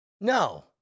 No